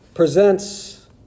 Presents